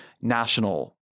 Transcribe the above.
national